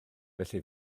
felly